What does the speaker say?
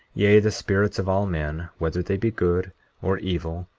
yea, the spirits of all men, whether they be good or evil,